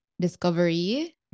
discovery